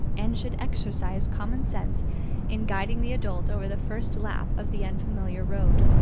and should exercise common sense in guiding the adult over the first lap of the unfamiliar road.